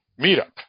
meetup